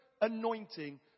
anointing